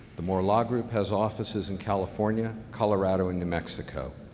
the moore law group has offices in california, colorado, and new mexico.